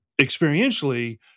experientially